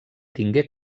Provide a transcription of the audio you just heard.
tingué